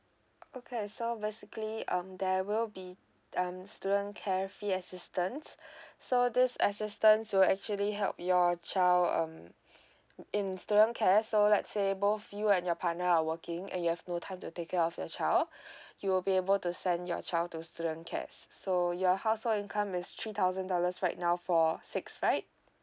okay so basically um there will be um student care free assistance so this assistant to actually help your child um in student care so lets say both you and your partner are working and you have no time to take care of your child you will be able to send your child to student care so your household income is three thousand dollars right now for six right